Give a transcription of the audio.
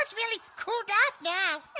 really cooled off now.